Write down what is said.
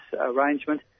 arrangement